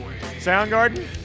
Soundgarden